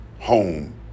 home